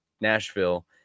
Nashville